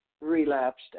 relapsed